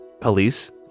police